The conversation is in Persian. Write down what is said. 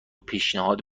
پیشنهاد